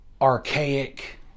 Archaic